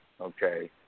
Okay